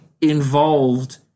involved